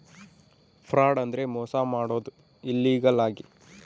fraud ಅಂದ್ರೆ ಮೋಸ ಮಾಡೋದು ಇಲ್ಲೀಗಲ್ ಆಗಿ